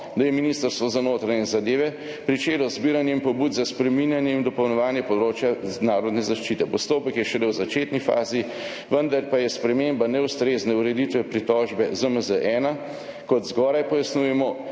da je Ministrstvo za notranje zadeve pričelo z zbiranjem pobud za spreminjanje in dopolnjevanje področja mednarodne zaščite. Postopek je šele v začetni fazi, vendar pa je sprememba neustrezne ureditve pritožbe v ZMZ-1, kot zgoraj pojasnjujemo,